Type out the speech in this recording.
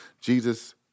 Jesus